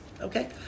okay